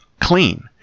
clean